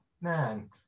Man